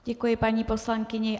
Děkuji paní poslankyni.